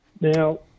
Now